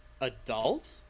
adult